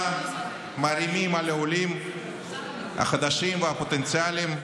מערימים על העולים החדשים הפוטנציאליים: